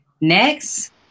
Next